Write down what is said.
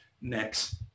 next